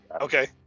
Okay